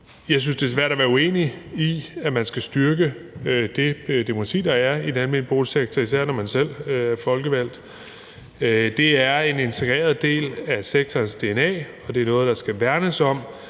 Jeg synes, det er svært at være uenig i, at man skal styrke det demokrati, der er i den almene boligsektor, især når man selv er folkevalgt. Det er en integreret del af sektorens dna, og det er noget, der skal værnes om.